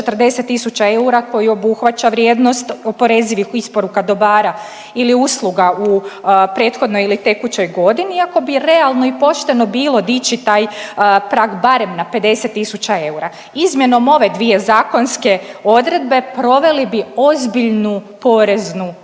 koji obuhvaća vrijednost oporezivih isporuka dobara ili usluga u prethodnoj ili tekućoj godini, iako bi realno i pošteno bili dići taj prag barem na 50 000 eura. Izmjenom ove dvije zakonske odredbe proveli bi ozbiljnu poreznu reformu